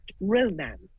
romance